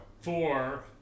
Four